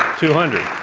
two hundred.